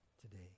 today